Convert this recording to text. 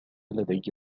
لدي